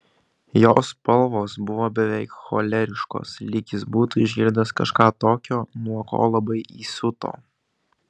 jo spalvos buvo beveik choleriškos lyg jis būtų išgirdęs kažką tokio nuo ko labai įsiuto